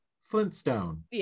Flintstone